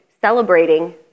celebrating